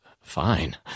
fine